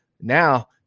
now